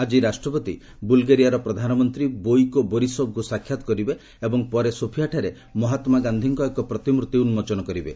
ଆଜି ରାଷ୍ଟ୍ରପତି ବୁଲ୍ଗେରିଆର ପ୍ରଧାନମନ୍ତ୍ରୀ ବୋଇକୋ ବୋରିସଭଙ୍କୁ ସାକ୍ଷାତ କରିବେ ଏବଂ ପରେ ସୋଫିଆଠାରେ ମହାତ୍ମା ଗାନ୍ଧୀଙ୍କ ଏକ ପ୍ରତିମ୍ଭର୍ତ୍ତି ଉନ୍ଜୋଚନ କରିବେ